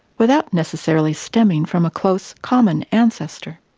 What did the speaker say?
without necessarily stemming from a close common ancestor.